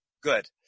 good